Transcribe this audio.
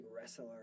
wrestler